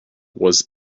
was